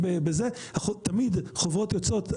תמיד חוברות יוצאות,